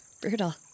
brutal